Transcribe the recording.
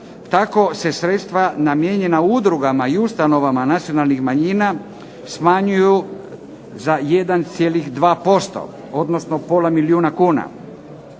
Tako se sredstva namijenjena udrugama i ustanovama nacionalnih manjina smanjuju za 1,2%, odnosno pola milijuna kuna,